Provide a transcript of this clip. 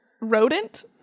rodent